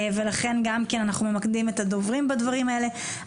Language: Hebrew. ולכן גם כן אנחנו ממקדים את הדוברים בדברים האלה.